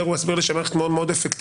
הוא יסביר שזו מערכת מאוד אפקטיבית,